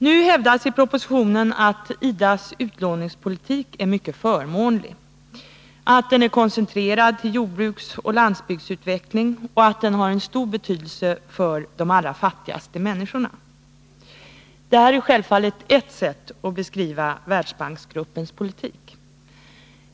Nu hävdas i propositionen att IDA:s utlåningspolitik är mycket förmånlig — att den är koncentrerad till jordbruksoch landsbygdsutveckling och att den har stor betydelse för de allra fattigaste människorna. Detta är självfallet ert sätt att beskriva Världsbanksgruppens politik.